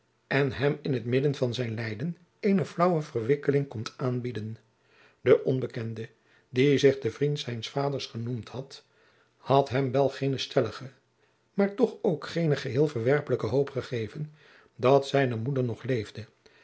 en hem in t midden van zijn lijden eene flaauwe verkwikking komt aanbieden de onbekende die zich de vriend zijns vaders genoemd had had hem wel geene stellige maar toch ook geene geheel verwerpelijke hoop gegeven dat zijne moeder nog leefde